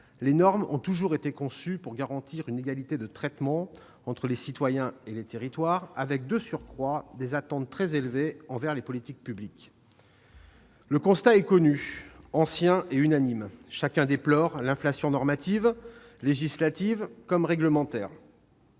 les normes ont toujours été conçues pour garantir une égalité de traitement entre les citoyens et les territoires, avec de surcroît des attentes très élevées envers les politiques publiques. Le constat est connu, ancien et unanime : chacun déplore l'inflation normative, législative comme réglementaire.